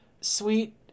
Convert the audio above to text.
sweet